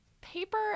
Paper